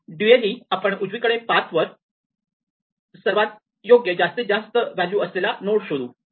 dually दुहेरी आपण उजवीकडील पाथ वर सर्वात योग्य जास्तीत जास्त व्हॅल्यू असलेला नोड शोधू शकतो